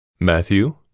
Matthew